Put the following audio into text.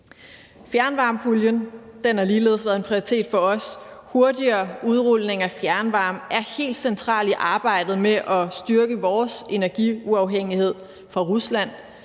Fjernvarmepuljen har ligeledes været en prioritet for os. Hurtigere udrulning af fjernvarme er helt centralt i arbejdet med at styrke vores energiuafhængighed af Rusland,